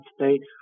States